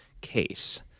case